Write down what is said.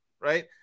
right